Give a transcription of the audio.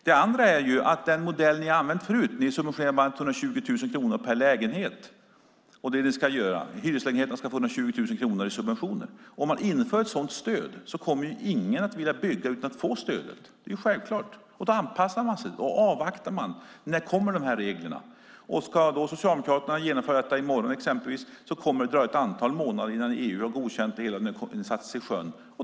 Det andra är att ni vill ha den modell ni har använt förut som innebär att hyreslägenheterna ska få 120 000 kronor i subventioner. Om ett sådant stöd införs kommer ingen att vilja bygga utan att få stödet. Det är självklart. Då anpassar man sig och avvaktar: När kommer de här reglerna? Ska då Socialdemokraterna genomföra detta i morgon exempelvis kommer det att dröja ett antal månader innan EU har godkänt det hela och det har satts i sjön.